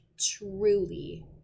truly